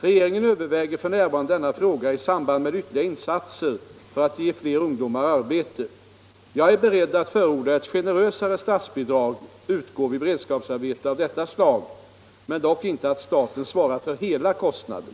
Regeringen överväger f. n. denna fråga i samband med ytterligare in satser för att ge fler ungdomar arbete. Jag är beredd att förorda att generösa statsbidrag utgår vid beredskapsarbete av detta slag men inte att staten svarar för hela kostnaden.